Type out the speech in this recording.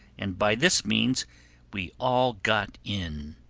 and by this means we all got in.